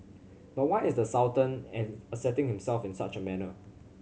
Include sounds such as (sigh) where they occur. but why is the Sultan (unintelligible) asserting himself in such a manner